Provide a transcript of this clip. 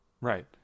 right